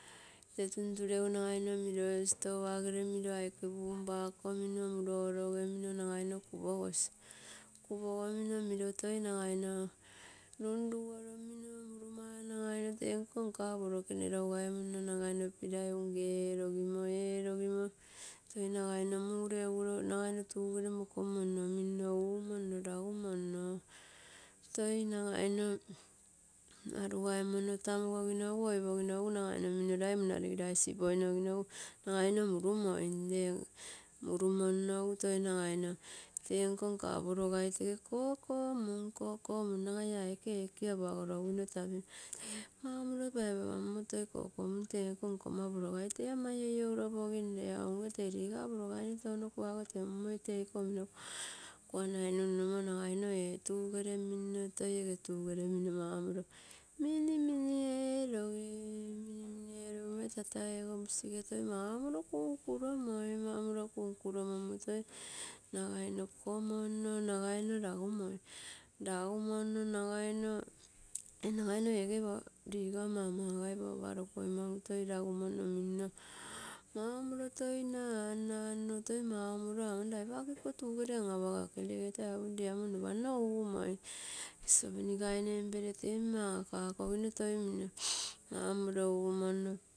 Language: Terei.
Ite tunturegu nagaimo miro stouagere miro aike punpa komino muro orogemino, nagaino kupogosi, kupogomino miro toi nagai runrugoromino nagai toi miro runrugo romino nagai tee nko nka poro tee lougai munno nagaina pirai. Unge erogimo, erogimo, erogimo toi nagai mureumoro tugere mokomonno, minno uumonno, lagumonno, toi nagaino arugaimonno tamugogino, oipogino nagaino lai munaregirai sipoinogino, egu nagaino murumoim, lee murumonno esu toi nagaino tee nko nka porogai tege kokomum, kokomum nagai aike ekio apagoroguino tano toi tege nagai paipamonmo kokomum enko nka aike porogai tee aike ama ioiouropoginne lee au unge tee liga porogai tou kuago temummoi teeiko kuanaino nunnunmo, lee au tee kuanaino nagai toi ee tugere mimmo toi mau morilo minimini eerogim, minimini tata ego musi toi mau moliro kunkulomoi, mau moliro toi kunkulomoi toi nagaino komonno, nagaino ragumoim, rgumoim, ragai ege uga papa, mama papalogoimangu ragumonno toi maumoliro naam nagai punpukuogo imangu mau moliro toi naam nagai toi aman lai pake ikoge tuere an-apakem, tege toi apogimamm lopa nno uumoin, sosopenigaine onii peresi toi magakaiko gino toi minno amau molira uumoim.